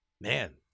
Man